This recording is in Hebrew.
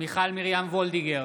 מיכל מרים וולדיגר,